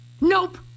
Nope